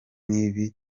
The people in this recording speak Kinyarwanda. n’ibi